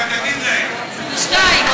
זוהיר,